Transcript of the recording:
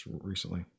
recently